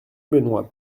benoit